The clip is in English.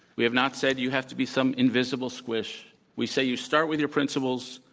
we have not said, you have to be some invisible squish. we say, you start with your principles.